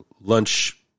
lunch